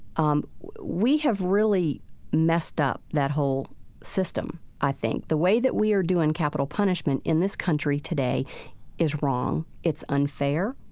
um we have really messed up that whole system, i think. the way that we are doing capital punishment in this country today is wrong, it's unfair,